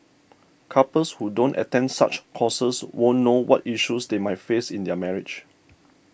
couples who don't attend such courses won't know what issues they might face in their marriage